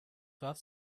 warf